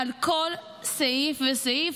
על כל סעיף וסעיף,